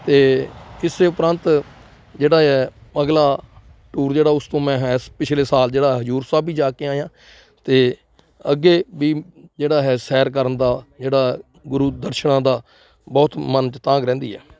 ਅਤੇ ਇਸ ਉਪਰੰਤ ਜਿਹੜਾ ਆ ਅਗਲਾ ਟੂਰ ਜਿਹੜਾ ਉਸਕੋ ਮੈਂ ਹੈ ਪਿਛਲੇ ਸਾਲ ਜਿਹੜਾ ਹਜ਼ੂਰ ਸਾਹਿਬ ਵੀ ਜਾ ਕੇ ਆਇਆਂ ਅਤੇ ਅੱਗੇ ਵੀ ਜਿਹੜਾ ਹੈ ਸੈਰ ਕਰਨ ਦਾ ਜਿਹੜਾ ਗੁਰੂ ਦਰਸ਼ਨਾਂ ਦਾ ਬਹੁਤ ਮਨ 'ਚ ਤਾਂਗ ਰਹਿੰਦੀ ਆ